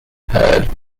heard